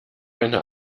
eine